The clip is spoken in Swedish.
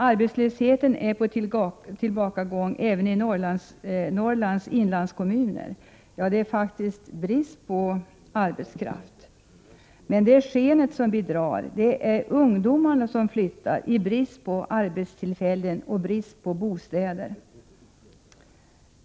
Arbetslösheten är på tillbakagång även i Norrlands inlandskommuner. Det är faktiskt brist på arbetskraft. Men skenet bedrar, det är ungdomarna som flyttar i brist på arbetstillfällen och i brist på bostäder.